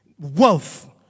wealth